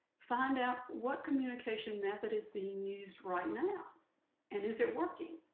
find out what communication method is being used right and now and is it working?